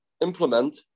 implement